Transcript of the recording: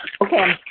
Okay